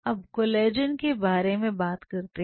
अब कोलेजन के बारे में बात करते हैं